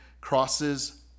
Crosses